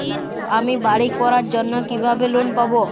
আমি বাড়ি করার জন্য কিভাবে লোন পাব?